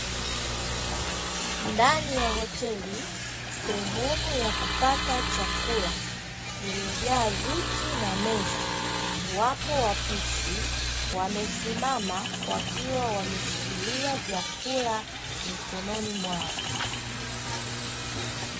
Ndani ya hoteli sehemu ya kupata chakula iliyojaa viti na meza, wapo wapishi wamesimama wakiwa wameshikilia vyakula mikononi mwao.